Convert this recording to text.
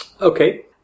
Okay